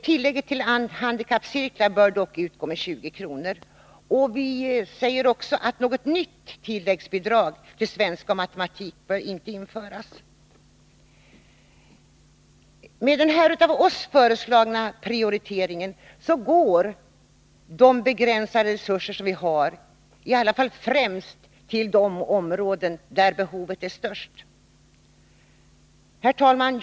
Tillägget till handikappcirklar bör dock uppgå till 20 kr. Vi säger vidare att något nytt tilläggsbidrag till ämnena svenska och matematik inte bör införas. Med den av oss föreslagna prioriteringen går de begränsade resurserna främst till de områden där behoven är störst. Herr talman!